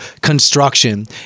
construction